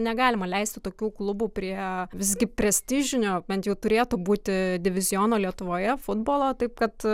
negalima leisti tokių klubų prie visgi prestižinio bent jau turėtų būti diviziono lietuvoje futbolo taip kad